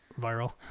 viral